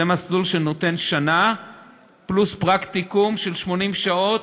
זה מסלול שנותן שנה פלוס פרקטיקום של 80 שעות,